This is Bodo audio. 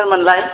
सोरमोनलाय